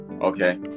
Okay